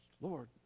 Lord